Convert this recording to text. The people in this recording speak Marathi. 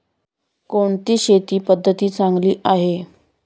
कोणती शेती पद्धती चांगली आहे?